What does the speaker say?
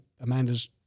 Amanda's